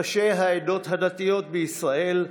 ראשי העדות הדתיות בישראל,